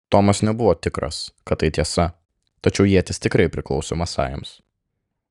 tomas nebuvo tikras kad tai tiesa tačiau ietis tikrai priklausė masajams